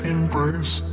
Embrace